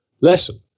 lesson